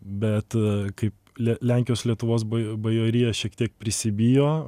bet kaip lenkijos ir lietuvos bajo bajorija šiek tiek prisibijo